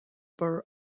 burr